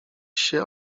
się